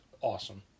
awesome